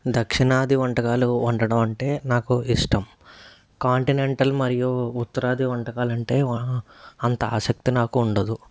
దక్షిణాది వంటకాలు వండడమంటే నాకు ఇష్టం కాంటినెంటల్ మరియు ఉత్తరాది వంటకాలు అంటే అంత ఆసక్తి నాకు ఉండదు